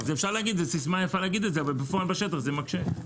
זו סיסמה יפה אבל בפועל בשטח זה מקשה.